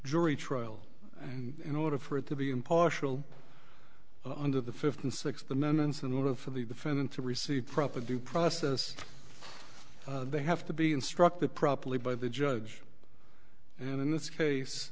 jury trial and in order for it to be impartial under the fifth and sixth amendments in order for the defendant to receive proper due process they have to be instructed properly by the judge and in this case